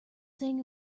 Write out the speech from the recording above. thing